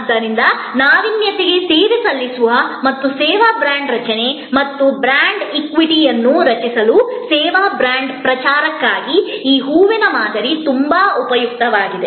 ಆದ್ದರಿಂದ ನಾವೀನ್ಯತೆಗೆ ಸೇವೆ ಸಲ್ಲಿಸಲು ಮತ್ತು ಸೇವಾ ಬ್ರಾಂಡ್ ರಚನೆ ಮತ್ತು ಬ್ರಾಂಡ್ ಇಕ್ವಿಟಿಯನ್ನು ರಚಿಸುವ ಸೇವಾ ಬ್ರಾಂಡ್ ಪ್ರಚಾರಕ್ಕಾಗಿ ಈ ಹೂವಿನ ಮಾದರಿ ತುಂಬಾ ಉಪಯುಕ್ತವಾಗಿದೆ